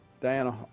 Diana